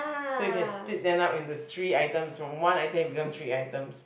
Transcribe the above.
so you can split them up into three items from one item it become three items